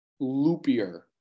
loopier